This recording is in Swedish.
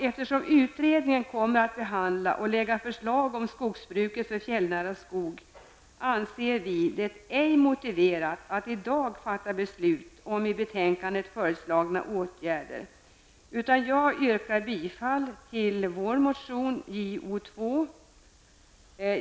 Eftersom utredningen kommer att behandla och lägga fram förslag om skogsbruket för fjällnära skog, anser vi det ej motiverat att i dag fatta beslut om i betänkandet föreslagna åtgärder. Jag yrkar bifall till vår motion Jo2.